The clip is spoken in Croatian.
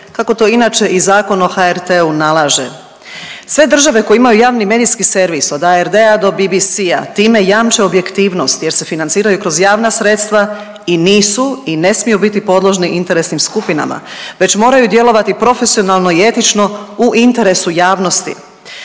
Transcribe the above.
kako to inače i Zakon o HRT-u i nalaže. Sve države koje imaju javni medijski servis od ARD-a do BBC-a time jamče objektivnost jer se financiraju kroz javna sredstva i nisu i ne smiju biti podložni interesnim skupinama već moraju djelovati profesionalno i etično u interesu javnosti.